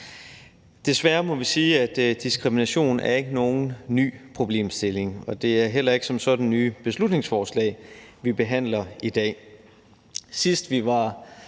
Desværre må vi sige, at diskrimination ikke er nogen ny problemstilling, og det er heller ikke som sådan nye beslutningsforslag, vi behandler i dag.